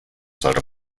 sollte